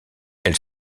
elle